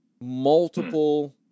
multiple